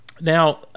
Now